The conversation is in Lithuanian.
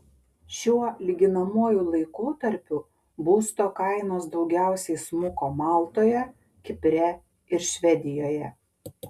šiuo lyginamuoju laikotarpiu būsto kainos daugiausiai smuko maltoje kipre ir švedijoje